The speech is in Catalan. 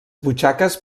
butxaques